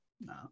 no